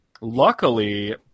Luckily